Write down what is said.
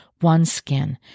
OneSkin